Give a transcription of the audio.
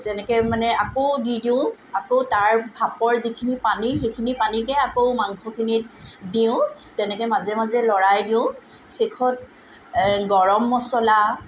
তেনেকৈ মানে আকৌ দি দিওঁ আকৌ তাৰ ভাপৰ যিখিনি পানী সেইখিনি পানীকে আকৌ মাংসখিনিত দিওঁ তেনেকৈ মাজে মাজে লৰাই দিওঁ শেষত গৰম মচলা